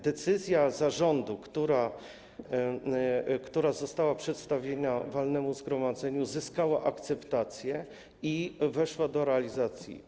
Decyzja zarządu, która została przedstawiona walnemu zgromadzeniu, zyskała akceptację i weszła do realizacji.